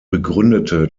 begründete